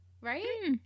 right